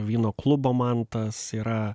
vyno klubo mantas yra